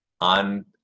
on